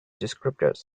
descriptors